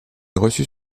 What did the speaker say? reçut